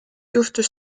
juhtus